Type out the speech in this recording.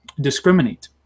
Discriminate